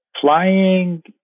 flying